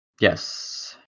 Yes